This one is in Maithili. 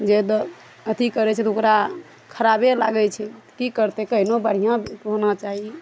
जे दब अथी करै छै तऽ ओकरा खराबे लागै छै की करतै कहिनो बढ़िऑं होना चाही